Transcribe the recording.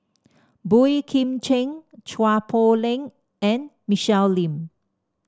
Boey Kim Cheng Chua Poh Leng and Michelle Lim